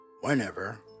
...whenever